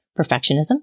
Perfectionism